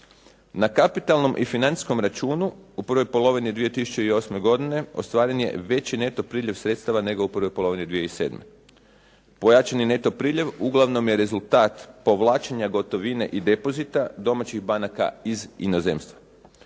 Na kapitalnom i financijskom računu u prvoj polovini 2008. godine ostvaren je veći neto priljev sredstava nego u prvoj polovini 2007. Pojačani neto priljev uglavnom je rezultat povlačenja gotovine i depozita, domaćih banaka iz inozemstva.